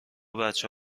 بچه